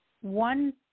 one